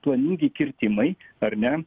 planingi kirtimai ar ne